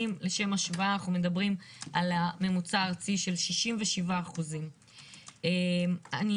לשם השוואה אנחנו מדברים על ממוצע ארצי של 67%. אני